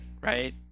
right